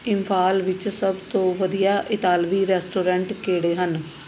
ਇੰਫਾਲ ਵਿੱਚ ਸਭ ਤੋਂ ਵਧੀਆ ਇਤਾਲਵੀ ਰੈਸਟੋਰੈਂਟ ਕਿਹੜੇ ਹਨ